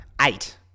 eight